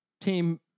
team